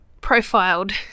profiled